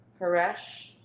Haresh